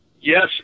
yes